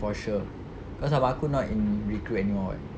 for sure cause abang aku not in recruit anymore [what]